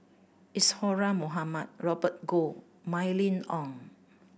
Isadhora Mohamed Robert Goh Mylene Ong